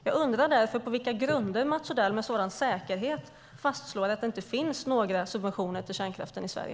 Jag undrar därför på vilka grunder Mats Odell med sådan säkerhet fastslår att det inte finns några subventioner till kärnkraften i Sverige.